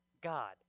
God